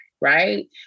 right